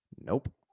nope